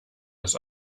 das